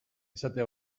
esate